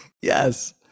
Yes